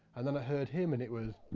and then, i heard him and it was